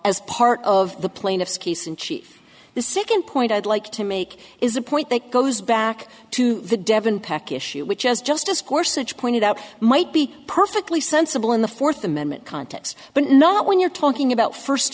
as part of the plaintiff's case in chief the second point i'd like to make is a point that goes back to the devon peck issue which as justice course which pointed out might be perfectly sensible in the fourth amendment context but not when you're talking about first